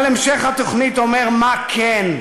אבל המשך התוכנית אומר מה כן,